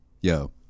yo